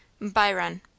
BYRON